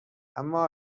اما